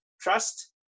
trust